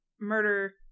murder